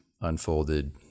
unfolded